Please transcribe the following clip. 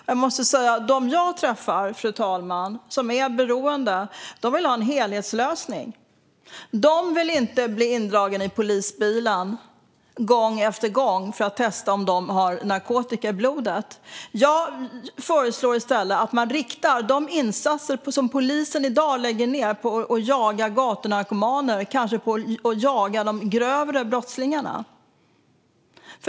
De som är beroende och som jag träffar vill ha en helhetslösning. De vill inte bli indragna i polisbilen gång efter gång för att testas om de har narkotika i blodet. Jag föreslår att de insatser som polisen i dag gör för att jaga gatunarkomaner i stället riktas in på att jaga de grova brottslingarna.